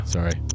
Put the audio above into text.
Sorry